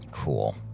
Cool